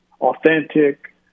Authentic